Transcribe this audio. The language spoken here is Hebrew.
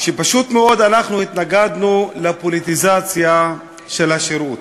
אנחנו התנגדו לפוליטיזציה של השירות,